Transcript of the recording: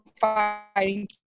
fighting